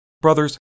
Brothers